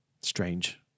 strange